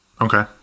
Okay